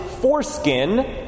foreskin